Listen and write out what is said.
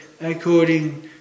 according